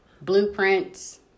Blueprints